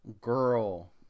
Girl